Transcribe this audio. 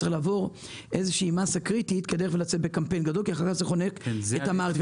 וצריך לעבור מסה קריטית כדי לצאת בקמפיין גדול אחרת זה יחנוק את המערכת.